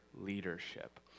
leadership